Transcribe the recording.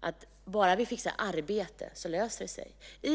att bara vi fixar arbete så löser det sig.